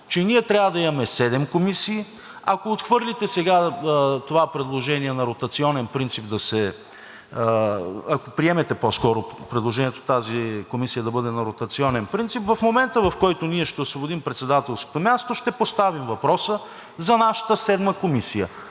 че ние трябва да имаме седем комисии. Ако отхвърлите сега това предложение на ротационен принцип – ако приемете по-скоро предложението тази комисия да бъде на ротационен принцип, в момента, в който ние ще освободим председателско място, ще поставим въпроса за нашата седма комисия